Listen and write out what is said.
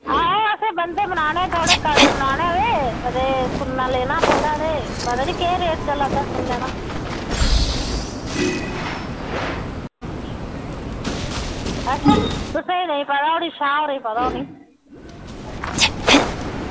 आं ओह् असें बन्धे बनाने थोह्ड़े कड़े बनाने ते सुन्ना लैना थोह्ड़ा ते पता निं केह् रेट चला दा सुन्ने दा अच्छा तुसें ई नेईं पता होनी शाह् होरें ई पता होनी